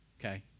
okay